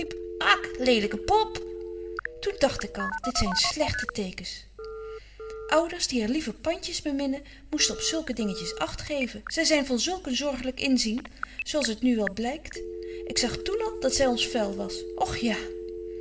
lelyke pop toen dagt ik al dit zyn slegte tekens ouders die er lieve pandjes beminnen moesten op zulke dingetjes acht geven zy zyn van zulk een zorglyk inzien zo als het nu wel blykt ik zag toen al dat zy ons vuil was och ja